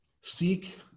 Seek